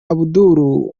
abouba